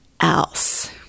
else